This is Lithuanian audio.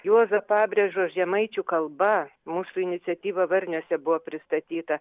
juozo pabrėžos žemaičių kalba mūsų iniciatyva varniuose buvo pristatyta